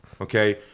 Okay